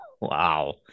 Wow